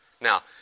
Now